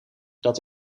dat